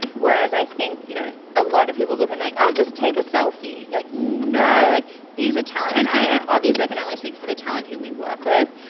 whereas i think you know a lot of people look and like i'll just take a selfie you like know like these are talent and i obviously i can only speak for the talent who we work with.